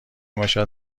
باشد